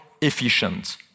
efficient